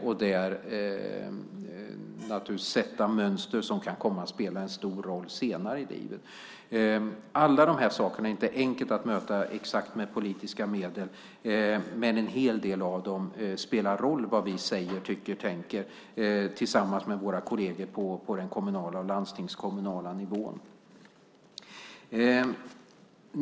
Där kan man sätta mönster som kan komma att spela en stor roll senare i livet. Det är inte enkelt att möta alla de här sakerna med exakta politiska medel, men när det gäller en hel del av dem spelar det roll vad vi säger, tycker och tänker tillsammans med våra kolleger på den kommunala och landstingskommunala nivån.